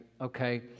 okay